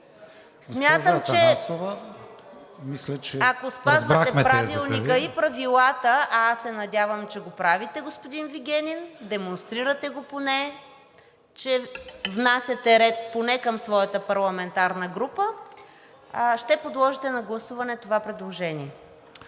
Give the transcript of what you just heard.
...ако спазвате Правилника и правилата, а аз се надявам, че го правите, господин Вигенин, демонстрирате го поне, че внасяте ред поне към своята парламентарна група, ще подложите на гласуване това предложение.